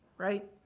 right?